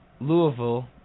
Louisville